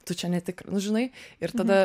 tu čia ne tik nu žinai ir tada